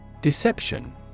Deception